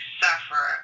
suffer